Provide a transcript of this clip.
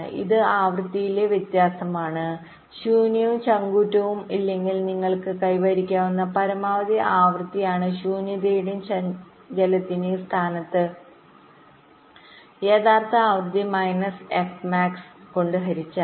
ഇത് ആവൃത്തിയിലെ വ്യത്യാസമാണ് ശൂന്യവും ചങ്കൂറ്റവും ഇല്ലെങ്കിൽ നിങ്ങൾക്ക് കൈവരിക്കാവുന്ന പരമാവധി ആവൃത്തിയാണ് ശൂന്യതയുടെയും ചഞ്ചലത്തിന്റെയും സ്ഥാനത്ത് യഥാർത്ഥ ആവൃത്തി മൈനസ് എഫ് മാക്സ്കൊണ്ട് ഹരിച്ചാൽ